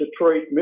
Detroit